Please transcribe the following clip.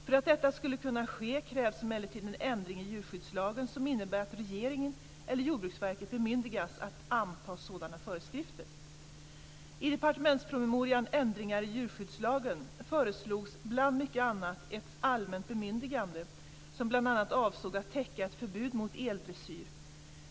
För att detta ska kunna ske krävs emellertid en ändring i djurskyddslagen som innebär att regeringen eller Jordbruksverket bemyndigas att anta sådana föreskrifter. I departementspromemorian Ändringar i djurskyddslagen föreslogs, bland mycket annat, ett allmänt bemyndigande som bl.a. avsåg att täcka ett förbud mot eldressyr.